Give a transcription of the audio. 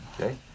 Okay